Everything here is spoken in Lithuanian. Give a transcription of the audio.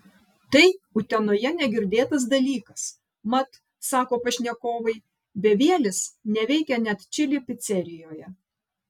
tai utenoje negirdėtas dalykas mat sako pašnekovai bevielis neveikia net čili picerijoje